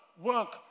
work